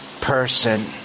person